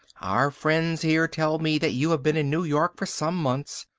our friends here tell me that you have been in new york for some months.